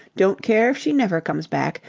don't care if she never comes back.